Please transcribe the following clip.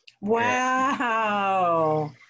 Wow